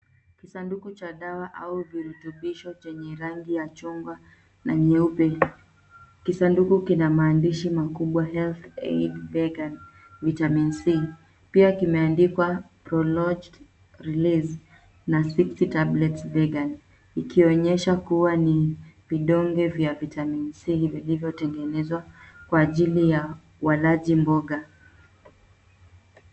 Kisanduku cha dawa au virutubishi chenye rangi ya chungwa na nyeupe. Kisanduku kina maandishi makubwa HealthAid Vegan Vitamin C pia kimeandikwa Prolonged Release na 60 Tablets Vegan ikonyesha kuwa ni vidonge vya Vitamin C vilivyotengenezwa kwa ajili ya walaji mboga.